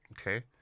okay